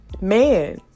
man